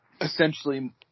Essentially